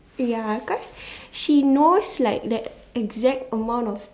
ya cause she knows like the exact amount of